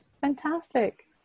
fantastic